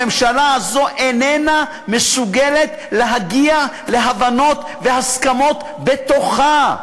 הממשלה הזאת איננה מסוגלת להגיע להבנות ולהסכמות בתוכה.